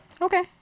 Okay